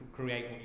create